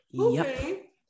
okay